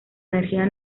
energía